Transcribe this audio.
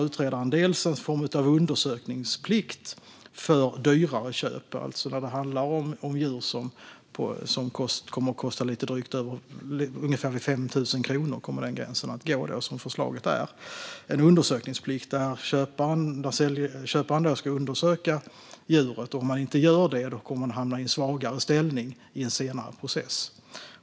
Utredaren föreslår någon form av undersökningsplikt vid dyrare köp, det vill säga när det handlar om djur som kostar från ungefär 5 000 kronor - där kommer gränsen att gå, enligt förslaget. Undersökningsplikten går ut på att köparen ska undersöka djuret, och om detta inte görs kommer köparen att hamna i en svagare ställning i en senare process.